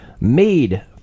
Made